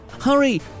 hurry